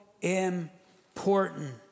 important